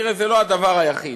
תראה, זה לא הדבר היחיד